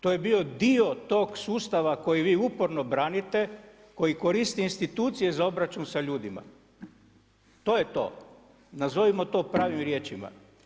To je bio tog sustava koji vi uporno branite, koji koristi institucije za obračun sa ljudima. to je to, nazovimo to pravim riječima.